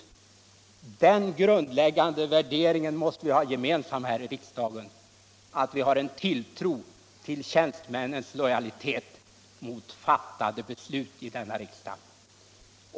Den grundläg gande värderingen måste vi ha gemensam här i riksdagen, att vi har en tilltro till tjänstemännens lojalitet mot fattade beslut i denna riksdag.